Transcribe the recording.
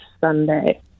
Sunday